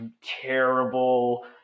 terrible